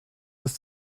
das